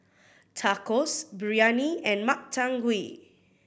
Tacos Biryani and Makchang Gui